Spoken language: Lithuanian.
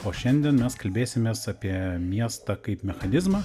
o šiandien mes kalbėsimės apie miestą kaip mechanizmą